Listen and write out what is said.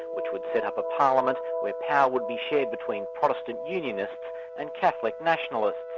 which would set up a parliament where power would be shared between protestant unionists and catholic nationalists.